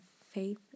faith